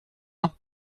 bain